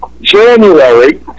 January